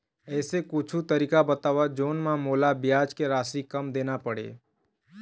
ऐसे कुछू तरीका बताव जोन म मोला ब्याज के राशि कम देना पड़े?